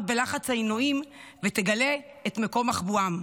בלחץ העינויים ותגלה את מקום מחבואם.